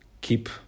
keep